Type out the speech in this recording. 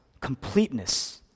completeness